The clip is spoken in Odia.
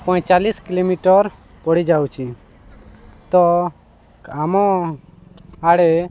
ପଇଁଚାଲିଶ୍ କିଲୋମିଟର୍ ପଡ଼ିଯାଉଛି ତ ଆମ ଆଡ଼େ